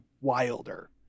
wilder